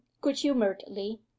good-humouredly